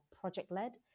project-led